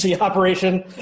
operation